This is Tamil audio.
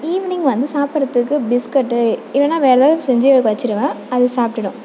ஈவினிங் வந்து சாப்புறத்துக்கு பிஸ்கட்டு இல்லைனா வேறு எதாவது செஞ்சு வெச்சுருவேன் அது சாப்டுடும்